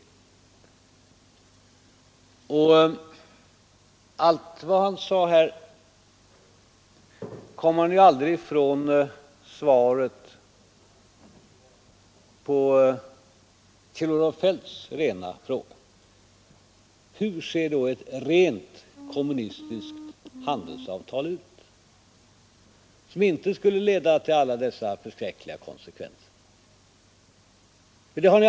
Trots allt vad han sade kommer han ju aldrig ifrån svaret på Kjell-Olof Feldts fråga: Hur ser då ett rent kommunistiskt handelsavtal ut, som inte skulle leda till alla dessa förskräckliga konsekvenser?